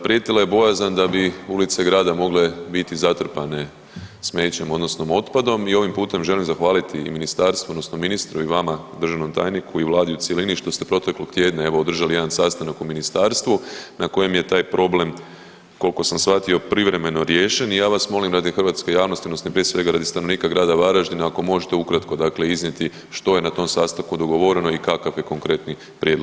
Prijetila je bojazan da bi ulice grada mogle biti zatrpane smećem, odnosno otpadom i ovim putem želim zahvaliti i Ministarstvu odnosno ministru i vama, državnom tajniku i Vladi u cjelini, što ste proteklog tjedna, evo održali jedan sastanak u Ministarstvu na kojem je taj problem, koliko sam shvatio, privremeno riješen i ja vas molim, radi hrvatske javnosti, odnosno prije svega, radi stanovnika grada Varaždina, ako možete ukratko dakle iznijeti što je na tom sastanku dogovoreno i kakav je konkretni prijedlog rješenja.